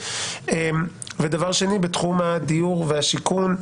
בתחום הדיור והשיכון,